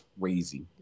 Crazy